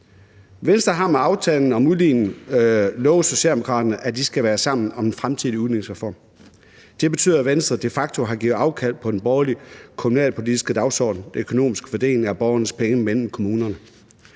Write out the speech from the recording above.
Venstre har med aftalen om udligning lovet Socialdemokraterne, at de skal være sammen om en fremtidig udligningsreform. Det betyder, at Venstre de facto har givet afkald på den borgerlige kommunalpolitiske dagsorden om den økonomiske fordeling af borgernes penge mellem kommunerne.